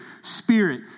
Spirit